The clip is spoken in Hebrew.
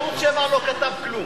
ערוץ-7 לא כתב כלום,